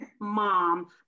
Mom